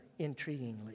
intriguingly